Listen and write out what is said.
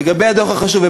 לגבי הדוח החשוב,